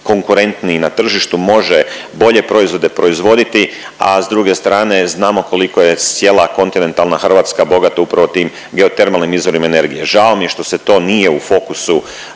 konkurentniji na tržištu, može bolje proizvode proizvoditi, a s druge strane znamo koliko je cijela kontinentalna Hrvatska bogata upravo tim geotermalnim izvorima energije. Žao mi je što se to nije u fokusu